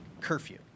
curfew